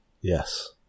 yes